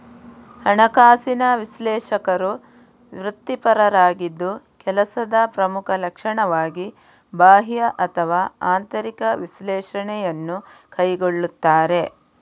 ಹಣಕಾಸಿನ ವಿಶ್ಲೇಷಕರು ವೃತ್ತಿಪರರಾಗಿದ್ದು ಕೆಲಸದ ಪ್ರಮುಖ ಲಕ್ಷಣವಾಗಿ ಬಾಹ್ಯ ಅಥವಾ ಆಂತರಿಕ ವಿಶ್ಲೇಷಣೆಯನ್ನು ಕೈಗೊಳ್ಳುತ್ತಾರೆ